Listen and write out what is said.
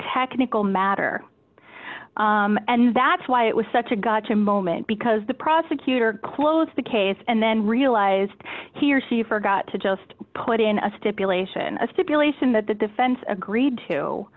technical matter and that's why it was such a gotcha moment because the prosecutor closed the case and then realized he or she forgot to just put in a stipulation a stipulation that the defense agreed to